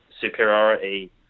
superiority